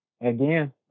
again